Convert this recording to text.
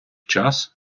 час